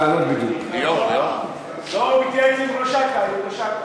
מאוד לא הופתעתי מהרעיון.